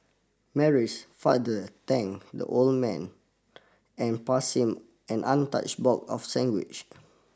Mary's father thank the old man and passed him an untouched box of sandwiches